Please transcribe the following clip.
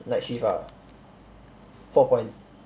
night shift ah four point